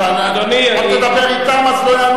אל תדבר אתם, אז לא יענו לך.